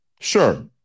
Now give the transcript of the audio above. Sure